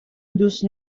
دوست